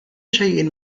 شيء